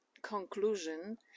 conclusion